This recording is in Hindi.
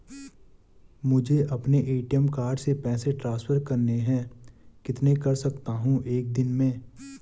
मुझे अपने ए.टी.एम कार्ड से पैसे ट्रांसफर करने हैं कितने कर सकता हूँ एक दिन में?